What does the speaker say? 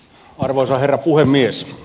arvoisa herra puhemies